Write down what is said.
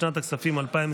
לשנת הכספים 2023,